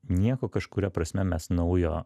nieko kažkuria prasme mes naujo